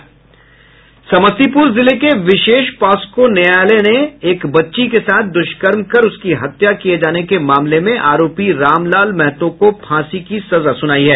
समस्तीपुर जिले के विशेष पास्को न्यायालय ने एक बच्ची के साथ दुष्कर्म कर उसकी हत्या किये जाने के मामले मे आरोपी रामलाल महतो को फांसी की सजा सुनाई है